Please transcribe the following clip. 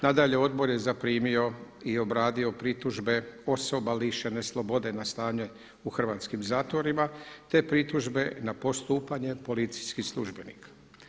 Nadalje, Odbor je zaprimio i obradio pritužbe osoba lišene slobode na stanje u hrvatskim zatvorima te pritužbe na postupanje policijskih službenika.